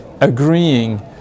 agreeing